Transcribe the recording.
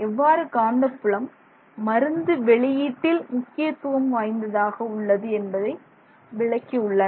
எவ்வாறு காந்தப்புலம் மருந்து வெளியீட்டில் முக்கியத்துவம் வாய்ந்ததாக உள்ளது என்பதை விளக்கியுள்ளனர்